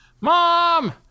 Mom